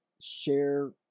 share